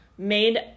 made